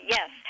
Yes